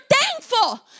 thankful